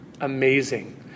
amazing